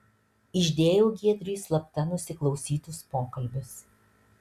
išdėjau giedriui slapta nusiklausytus pokalbius